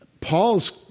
Paul's